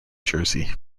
jersey